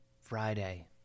Friday